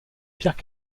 pierre